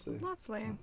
lovely